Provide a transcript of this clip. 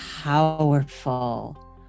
powerful